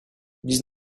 dix